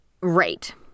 Right